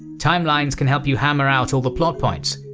timelines can help you hammer out all the plot points.